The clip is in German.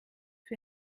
für